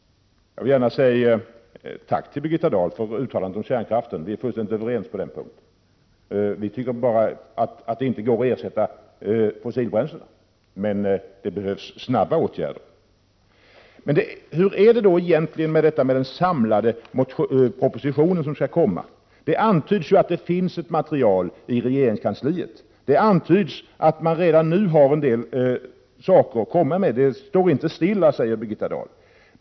Jag vill gärna säga tack till Birgitta Dahl för uttalandet om kärnkraften. Vi är fullständigt överens på den punkten. Det går inte att ersätta fossilbränslena med kärnkraft, men det behövs snabba åtgärder. Men hur är det egentligen med den samlade proposition som skall komma? Det antyds ju att det finns ett material i regeringskansliet och att man redan nu har en del saker att komma med. Det står inte stilla, säger Birgitta Dahl.